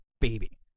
baby